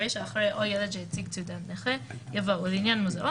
ברגע שאחראי או ילד שמציג תעודת נכה יבואו לעניין מוזיאון